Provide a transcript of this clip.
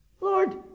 lord